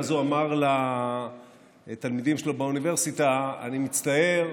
ואז הוא אמר לתלמידים שלו באוניברסיטה: אני מצטער,